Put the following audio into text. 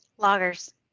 Loggers